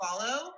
follow